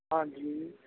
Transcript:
ਹਾਂਜੀ